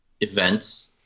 events